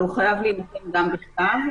אבל הוא חייב להינתן גם בכתב.